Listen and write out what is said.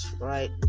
right